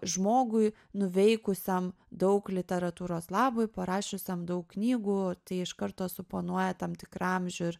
žmogui nuveikusiam daug literatūros labui parašiusiam daug knygų tai iš karto suponuoja tam tikrą amžių ir